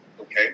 Okay